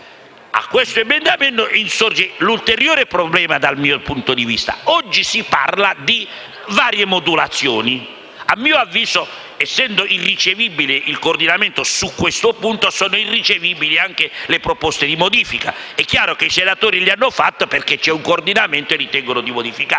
Su questo emendamento sorge un ulteriore problema, dal mio punto di vista. Oggi si parla di varie modulazioni. A mio avviso, essendo irricevibile il coordinamento su questo punto, sono irricevibili anche le proposte di modifica. È chiaro che i senatori le hanno presentate perché c'è un coordinamento e ritengono di modificarlo.